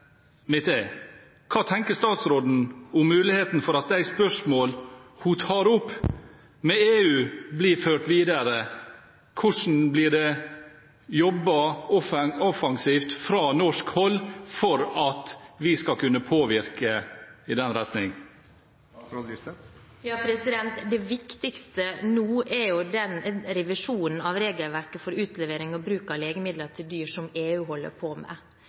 er: Hva tenker statsråden om muligheten for at de spørsmål hun tar opp med EU, blir ført videre? Og hvordan blir det jobbet offensivt fra norsk hold for at vi skal kunne påvirke i den retning? Det viktigste nå er den revisjonen av regelverket for utlevering og bruk av legemidler til dyr som EU holder på med.